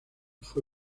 fue